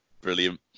Brilliant